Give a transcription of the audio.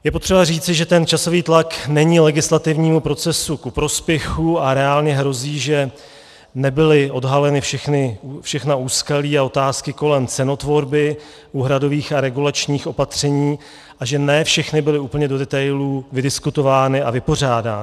Je potřeba říci, že ten časový tlak není legislativnímu procesu ku prospěchu a reálně hrozí, že nebyla odhalena všechna úskalí a otázky kolem cenotvorby úhradových a regulačních opatření a že ne všechny byly úplně do detailů vydiskutovány a vypořádány.